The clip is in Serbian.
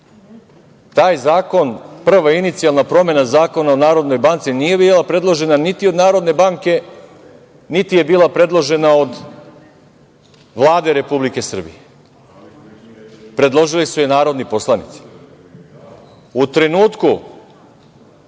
Taj zakon, prva inicijalna promena Zakona o Narodnoj banci nije bila predložena niti od Narodne banke, niti je bila predložena od Vlade Republike Srbije. Predložili su je narodni poslanici. U trenutku